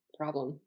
problem